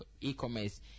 e-commerce